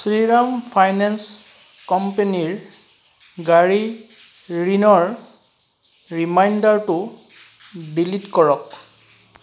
Shriram finance কম্পানীৰ গাড়ী ঋণৰ ৰিমাইণ্ডাৰটো ডিলিট কৰক